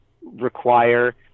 require